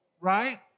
right